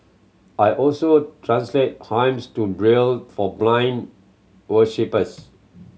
I also translate hymns to Braille for blind worshippers